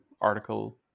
article